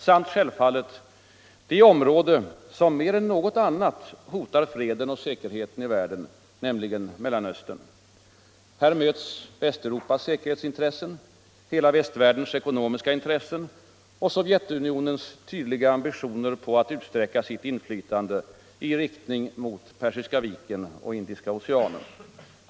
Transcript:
Samt självfallet det område som mer än något annat hotar freden och säkerheten i världen, nämligen Mellanöstern. Här möts Västeuropas säkerhetsintressen, hela västvärldens ekonomiska intressen och Sovjetunionens tydliga ambitioner att utsträcka sitt inflytande i riktning mot Persiska viken och Indiska oceanen.